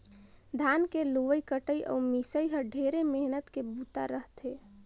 धान के लुवई कटई अउ मिंसई ह ढेरे मेहनत के बूता रह थे